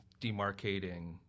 demarcating